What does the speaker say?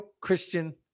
Christian